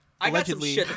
allegedly